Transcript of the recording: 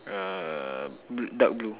uh blue dark blue